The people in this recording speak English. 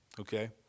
Okay